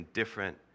different